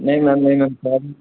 नहीं मैम नहीं ma'am sorry